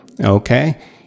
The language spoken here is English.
Okay